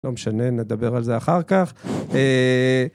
לא משנה, נדבר על זה אחר כך.